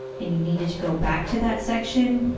and you needed to go back to that section,